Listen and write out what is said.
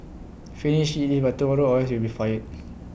finish IT by tomorrow or else you will be fired